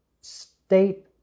state